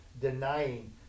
Denying